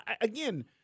again